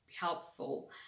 helpful